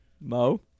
Mo